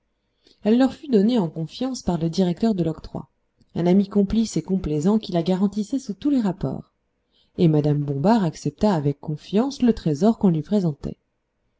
elle leur fut donnée en confiance par le directeur de l'octroi un ami complice et complaisant qui la garantissait sous tous les rapports et mme bombard accepta avec confiance le trésor qu'on lui présentait